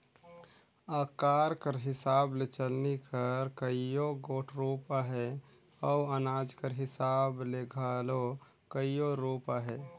अकार कर हिसाब ले चलनी कर कइयो गोट रूप अहे अउ अनाज कर हिसाब ले घलो कइयो रूप अहे